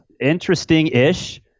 interesting-ish